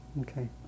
Okay